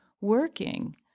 working